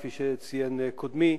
כפי שציין קודמי,